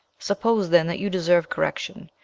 suppose, then, that you deserve correction,